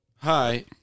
Hi